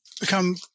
become